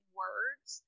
words